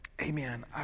amen